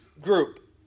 group